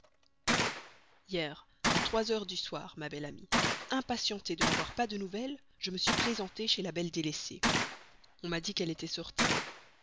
hier à cinq heures du soir ma belle amie impatienté de n'avoir pas de nouvelles je me suis présenté chez la belle délaissée on m'a dit qu'elle était sortie